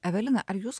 evelina ar jūs